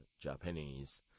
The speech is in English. japanese